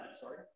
sorry